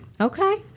Okay